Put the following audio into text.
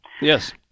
Yes